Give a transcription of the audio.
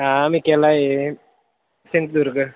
हां मी केला आहे सिंधुदुर्ग